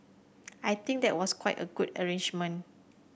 I think that was quite a good arrangement